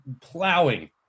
plowing